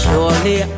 Surely